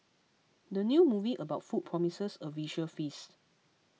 the new movie about food promises a visual feast